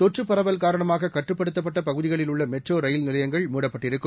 தொற்று பரவல் காரணமாக கட்டுப்படுத்தப்பட்ட பகுதிகளில் உள்ள மெட்ரோ ரயில் நிலையங்கள் மூடப்பட்டிருக்கும்